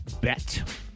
bet